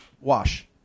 wash